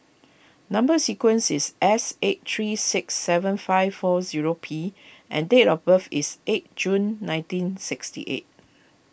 Number Sequence is S eight three six seven five four zero P and date of birth is eight June nineteen sixty eight